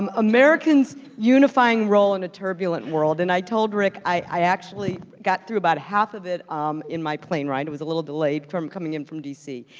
um americans' unifying role in a turbulent world, and i told rick i actually got through about half of it um in my plane ride. it was a little delayed coming in from d c,